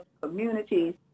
communities